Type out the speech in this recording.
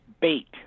bait